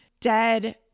dead